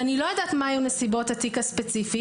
אני לא יודעת מה היו הנסיבות התיק הספציפי